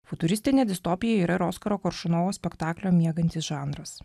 futuristinė distopija yra ir oskaro koršunovo spektaklio miegantis žanras